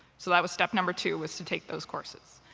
so that was step number two, was to take those courses.